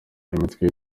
imitwe